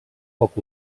poc